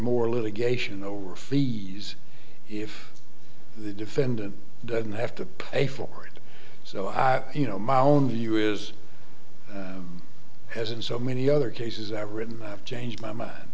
more litigation over the years if the defendant doesn't have to pay for it so i you know my own view is as in so many other cases i've written changed my mind